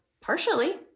partially